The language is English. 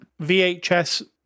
VHS